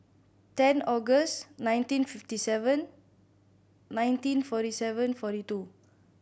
ten August nineteen fifty seven nineteen forty seven forty two